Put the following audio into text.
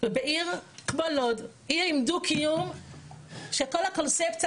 ובעיר כמו לוד עיר עם דו קיום שכל הקונספציה